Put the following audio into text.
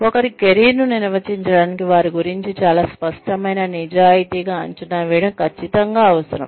ఒకరి కెరీర్ను నిర్వహించడానికి వారి గురించి చాలా స్పష్టమైన నిజాయితీగా అంచనా వేయడం ఖచ్చితంగా అవసరం